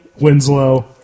Winslow